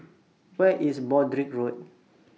Where IS Broadrick Road